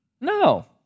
No